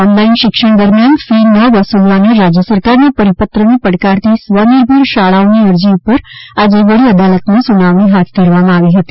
online શિક્ષણ દરમ્યાન ફી ન વસુલવાના રાજ્ય સરકારના પરિપત્રને પડકારતી સ્વનિર્ભર શાળાઓની અરજી ઉપર આજે વડી અદાલતમાં સુનાવણી હાથ ધરવામાં આવી હતી